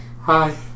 Hi